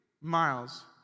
Miles